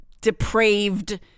depraved